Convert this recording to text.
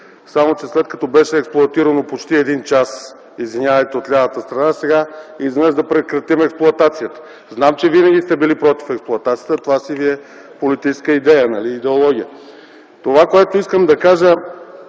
Само че след като беше експлоатирано почти един час от лявата страна, извинявайте, сега изведнъж да прекратим експлоатацията. Знам, че винаги сте били против експлоатацията, това си ви е политическа идея, идеология. Това, което искам да кажа,